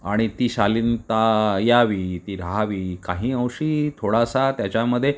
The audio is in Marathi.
आणि ती शालीनता यावी ती राहावी काही अंशी थोडासा त्याच्यामध्ये